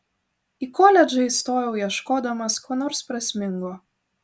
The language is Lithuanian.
į koledžą įstojau ieškodamas ko nors prasmingo